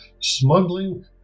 smuggling